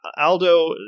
Aldo